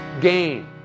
gain